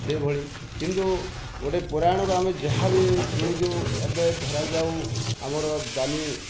ସେଭଳି କିନ୍ତୁ ଗୋଟେ ପୁରାଣରୁ ଆମେ ଯାହା ବି ଶୁଣିଛୁ ଏବେ ଧରାଯାଉ ଆମର ଦାନୀ